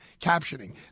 captioning